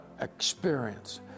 experience